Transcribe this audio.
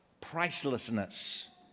pricelessness